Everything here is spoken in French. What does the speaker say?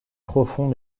profond